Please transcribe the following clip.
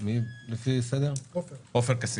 עופר כסיף.